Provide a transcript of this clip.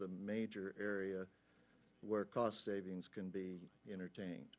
the major area where cost savings can be entertaining